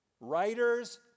writers